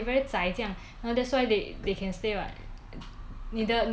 你的你的 boss do you think 有其中几位是 expat lah